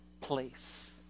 place